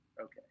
okay